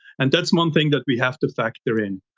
and that's one thing that we have to factor in.